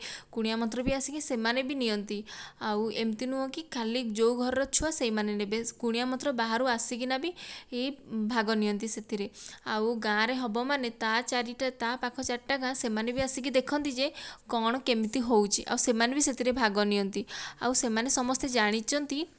କୁଣିଆ ମୈତ୍ର ବି ଆସିକି ସେମାନେ ବି ନିଅନ୍ତି ଆଉ ଏମିତି ନୁହଁ କି ଖାଲି ଯେଉଁ ଘରର ଛୁଆ ସେଇମାନେ ନେବେ କୁଣିଆ ମୈତ୍ର ବାହାର ଆସିକିନା ବି ଭାଗ ନିଅନ୍ତି ସେଥିରେ ଆଉ ଗାଁରେ ହେବ ମାନେ ତା ଚାରିଟା ତା ପାଖ ଚାରିଟା ଗାଁ ସେମାନେ ବି ଆସିକି ଦେଖନ୍ତି ଯେ କଣ କେମିତି ହେଉଛି ଆଉ ସେମାନେ ବି ସେଇଥିରେ ଭାଗ ନିଅନ୍ତି ଆଉ ସେମାନେ ସମସ୍ତେ ଜାଣିଛନ୍ତି